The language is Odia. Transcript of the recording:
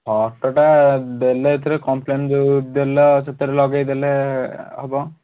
ଫୋଟଟା ଦେଲେ ଏଥିରେ କମ୍ପ୍ଲେନ୍ ଯେଉଁ ଦେଲ ସେଥିରେ ଲଗେଇ ଦେଲେ ହବ